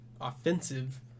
offensive